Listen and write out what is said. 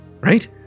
right